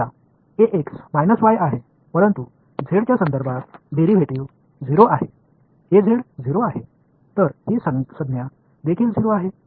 वजा y आहे परंतु झेडच्या संदर्भात डेरिव्हेटिव्ह 0 आहे 0 आहे तर ही संज्ञा देखील 0 आहे